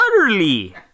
utterly